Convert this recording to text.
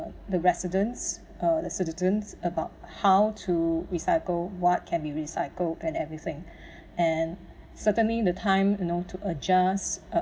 the residents uh the citizens about how to recycle what can be recycled and everything and certainly the time you know to adjust uh